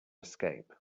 escape